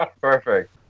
perfect